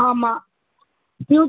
ஆமாம் ம்